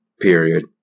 Period